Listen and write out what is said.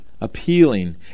appealing